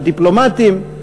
של דיפלומטים,